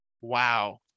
wow